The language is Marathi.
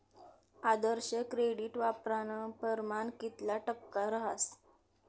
आदर्श क्रेडिट वापरानं परमाण कितला टक्का रहास